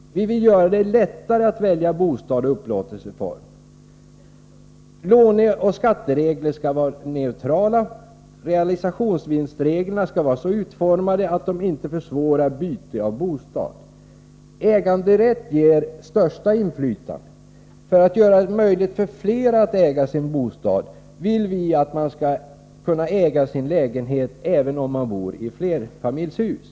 Vi vill göra det lättare att välja bostad och upplåtelseform. Låneoch skatteregler skall vara neutrala. Realisationsvinstreglerna skall vara så utformade att de inte försvårar byte av bostad. Äganderätt ger största inflytandet. För att göra det möjligt för flera att äga sin bostad vill vi att man skall kunna äga sin lägenhet även om man bor i flerfamiljshus.